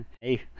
Hey